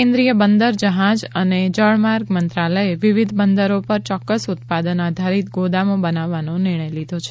કેન્દ્રીય બંદર જહાજ અને જળમાર્ગ મંત્રાલયે વિવિધ બંદરો પર ચોકકસ ઉત્પાદન આધારીત ગોદામો બનાવવાનો નિર્ણય લીધો છે